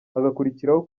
hagakurikiraho